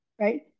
right